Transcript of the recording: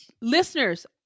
listeners